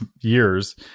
years